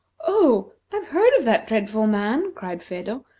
oh, i've heard of that dreadful man! cried phedo,